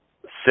six